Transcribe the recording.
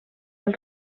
del